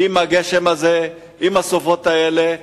בגשם הזה, בסופות האלה.